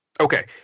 Okay